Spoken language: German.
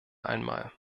einmal